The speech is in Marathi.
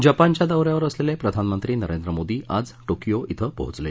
जपानच्या दौ यावर असलेले प्रधानमंत्री नरेंद्र मोदी आज टोकियो ििं पोहोचले